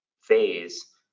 phase